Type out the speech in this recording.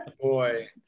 Boy